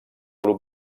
grup